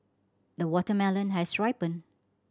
the watermelon has ripened